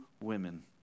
women